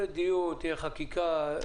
יהיה דיון, תהיה חקיקה.